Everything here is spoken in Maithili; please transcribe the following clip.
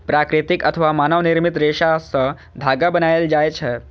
प्राकृतिक अथवा मानव निर्मित रेशा सं धागा बनायल जाए छै